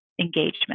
engagement